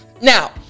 Now